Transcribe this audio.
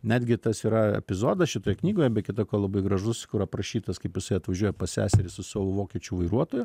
netgi tas yra epizodas šitoj knygoje be kitą ko labai gražus kur aprašytas kaip jisai atvažiuoja pas seserį su savo vokiečių vairuotoju